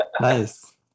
nice